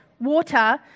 water